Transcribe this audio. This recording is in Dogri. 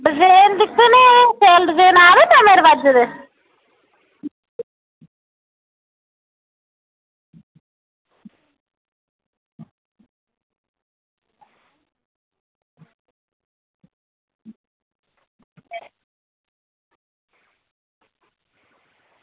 रेट दिक्खने शैल रेट ला दे नमें रवाज़ै दे